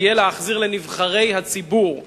תהיה להחזיר לנבחרי הציבור,